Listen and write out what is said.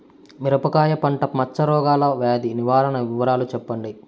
మిరపకాయ పంట మచ్చ రోగాల వ్యాధి నివారణ వివరాలు చెప్పండి?